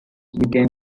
became